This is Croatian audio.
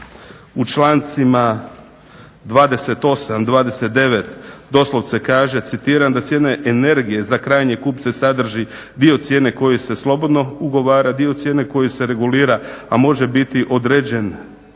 u člancima 28., 29. doslovce kaže: "Da cijene energije za krajnje kupce sadrži dio cijene koji se slobodno ugovara, dio cijene koji se regulira a može biti određen